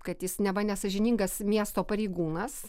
kad jis neva nesąžiningas miesto pareigūnas